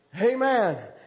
Amen